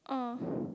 ah